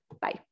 bye